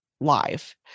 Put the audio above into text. live